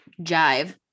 jive